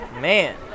Man